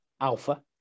Alpha